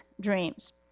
dreams